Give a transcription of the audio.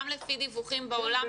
גם לפי דיווחים בעולם,